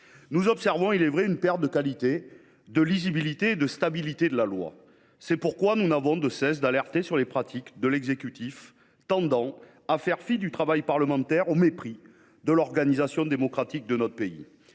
Nous observons, il est vrai, une perte de qualité, de lisibilité et de stabilité de la loi. C’est pourquoi nous n’avons de cesse d’alerter sur les pratiques de l’exécutif tendant à faire fi du travail parlementaire, au mépris de l’organisation démocratique de notre pays.